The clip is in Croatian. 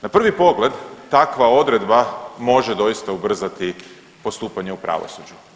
Na prvi pogled takva odredba može doista ubrzati postupanje u pravosuđu.